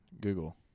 Google